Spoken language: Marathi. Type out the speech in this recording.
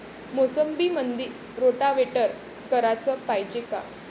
मोसंबीमंदी रोटावेटर कराच पायजे का?